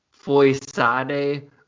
Foisade